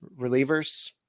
relievers